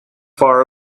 far